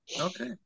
Okay